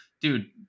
dude